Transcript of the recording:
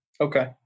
Okay